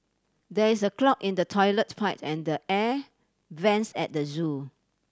there is a clog in the toilet pipe and the air vents at the zoo